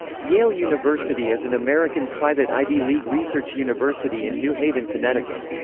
yale university is an american private ivy league research university in new haven, connecticut.